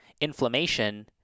inflammation